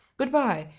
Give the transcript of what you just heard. good-by,